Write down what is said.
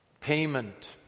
payment